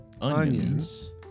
Onions